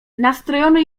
nastrojony